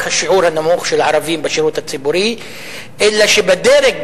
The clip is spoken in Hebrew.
השיעור הנמוך של ערבים בשירות הציבורי אלא שבדרג,